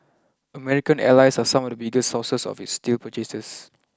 American allies are some of the biggest sources of its steel purchases